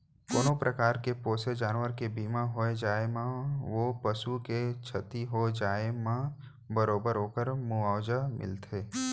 कोनों परकार के पोसे जानवर के बीमा हो जाए म ओ पसु के छति हो जाए म बरोबर ओकर मुवावजा मिलथे